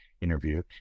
interview